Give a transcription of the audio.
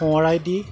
সোঁৱৰাই দি